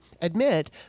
admit